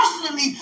personally